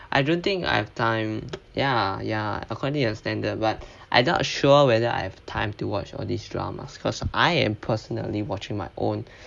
I don't think I've time ya ya according to your standard but I don't assure whether I have time to watch all this dramas cause I am personally watching my own